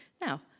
now